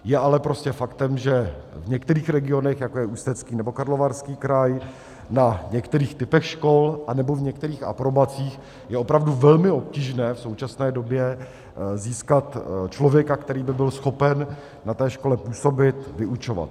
Je ale prostě faktem, že v některých regionech, jako je Ústecký nebo Karlovarský kraj, na některých typech škol anebo v některých aprobacích je opravdu velmi obtížné v současné době získat člověka, který by byl schopen na škole působit, vyučovat.